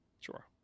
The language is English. Sure